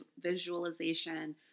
visualization